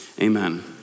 amen